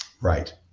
Right